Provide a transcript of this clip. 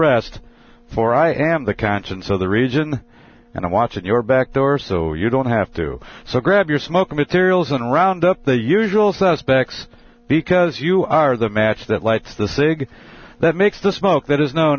rest for i am the conscience of the region and i'm watching your back door so you don't have to so grab your smoke materials and round up the usual suspects because you are the match that lights the cig that makes the smoke that is known